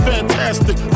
Fantastic